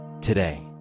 today